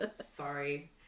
Sorry